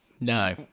No